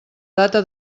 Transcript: data